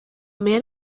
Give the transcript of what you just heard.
man